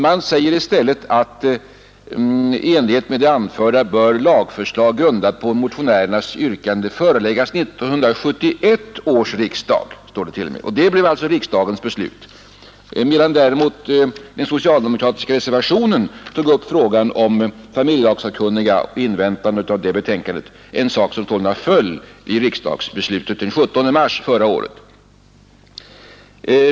Man säger i stället att i enlighet med det anförda bör lagförslag grundat på motionärernas yrkande föreläggas 1971 års riksdag. Detta blev alltså riksdagens beslut. Den socialdemokratiska reservationen däremot tog upp frågan om inväntande av familjelagssakkunnigas betänkande, en sak som således föll vid riksdagsbeslutet den 17 mars förra året.